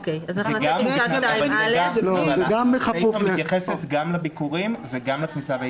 הסיפא מתייחסת גם לביקורים וגם ליציאה ולכניסה.